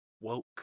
woke